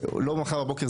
שלא יקרה כבר ממחר בבוקר,